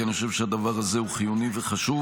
כי אני חושב שהדבר הזה הוא חיוני וחשוב.